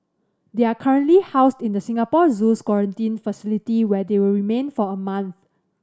they are currently housed in the Singapore Zoo's quarantine facility where they will remain for a month